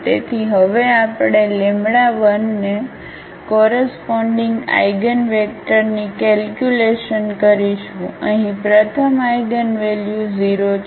તેથી હવે આપણે 1 ને કોરસપોન્ડીગ આઇગનવેક્ટરની કેલ્ક્યુલેશન કરીશું અહીં પ્રથમ આઇગનવેલ્યુ 0 છે